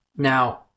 Now